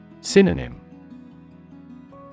Synonym